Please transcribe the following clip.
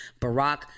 Barack